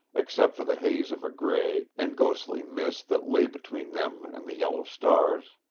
except for the haze of a gray and ghostly mist that lay between them and the yellow stars.